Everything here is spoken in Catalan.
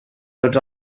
tots